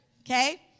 Okay